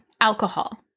alcohol